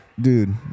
dude